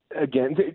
Again